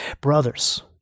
brothers